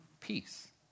peace